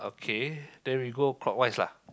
okay then we go clockwise lah